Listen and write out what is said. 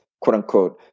quote-unquote